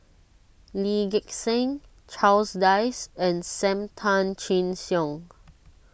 Lee Gek Seng Charles Dyce and Sam Tan Chin Siong